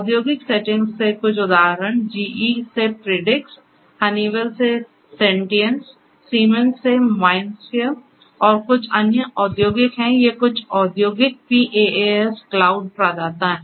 औद्योगिक सेटिंग्स से कुछ उदाहरण जीई से प्रिडिक्स हनीवेल से सेंटियंस सीमेंस से माइंडस्फीयर और कुछ अन्य औद्योगिक हैं ये कुछ औद्योगिक PaaS क्लाउड प्रदाता हैं